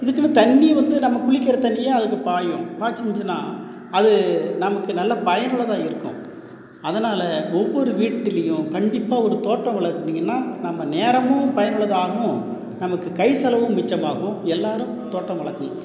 இதுக்குன்னு தண்ணி வந்து நம்ம குளிக்கிற தண்ணியே அதுக்கு பாயும் பாய்ச்சுருச்சினா அது நமக்கு நல்ல பயனுள்ளதாக இருக்கும் அதனால் ஒவ்வொரு வீட்டுலேயும் கண்டிப்பாக ஒரு தோட்டம் வளத்தீங்கனா நம்ம நேரமும் பயனுள்ளதாகும் நமக்கு கை செலவும் மிச்சமாகும் எல்லாரும் தோட்டம் வளர்க்கணும்